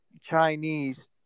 Chinese